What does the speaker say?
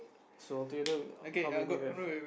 so altogether how many we have